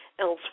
elsewhere